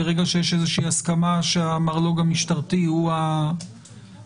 ברגע שיש איזושהי הסכמה שהמרגלו"ג המשטרתי הוא המקום,